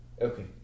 Okay